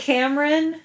Cameron